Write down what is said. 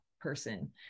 person